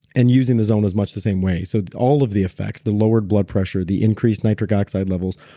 and using the zona is much the same way, so all of the effects, the lower blood pressure, the increased nitric oxide levels,